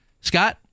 Scott